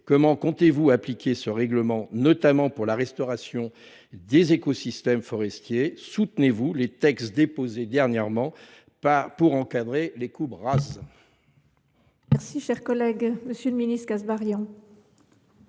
Comment comptez vous appliquer ce règlement, notamment en matière de restauration des écosystèmes forestiers ? Soutenez vous les textes déposés dernièrement pour encadrer les coupes rases